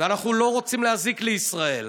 ואנחנו לא רוצים להזיק לישראל.